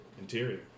interior